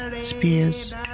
spears